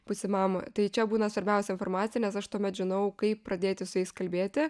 būsimam tai čia būna svarbiausia informacija nes aš tuomet žinau kaip pradėti su jais kalbėti